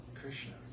Krishna